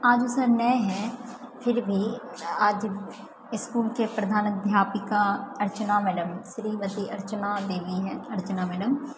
आज ओ सर नहि है फिरभी आज इसकुलके प्रधान अध्यापिका अर्चना मैडम श्रीमती अर्चना देवी है अर्चना मैडम